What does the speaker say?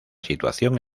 situación